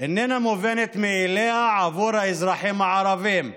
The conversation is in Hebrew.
איננה מובנת מאליה עבור האזרחים הערבים.